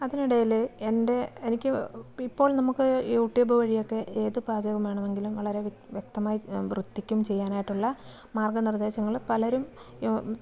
അതിനിടയിൽ എൻ്റെ എനിക്ക് ഇപ്പോൾ നമുക്ക് യൂട്യൂബ് വഴിയൊക്കെ ഏത് പാചകം വേണമെങ്കിലും വളരെ വ്യക്തമായും വൃത്തിക്കും ചെയ്യാനായിട്ടുള്ള മാർഗ്ഗനിർദേശങ്ങൾ പലരും